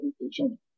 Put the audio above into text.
education